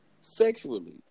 sexually